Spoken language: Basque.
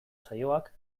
saioak